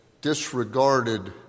disregarded